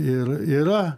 ir yra